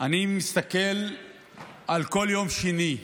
אני מסתכל על כל יום שני,